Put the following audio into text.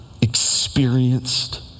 experienced